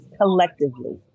collectively